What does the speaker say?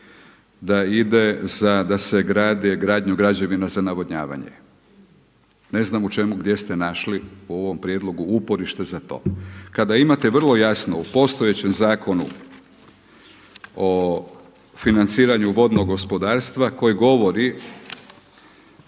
da ide za gradnju građevina za navodnjavanje. Ne znam u čemu, gdje ste našli u ovom prijedlogu uporište za to. Kada imate vrlo jasno u postojećem Zakonu o financiranju vodnog gospodarstva koji govori,